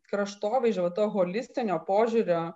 kraštovaizdžio va to holistinio požiūrio